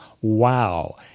wow